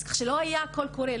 ככה שלא היה קול קורא.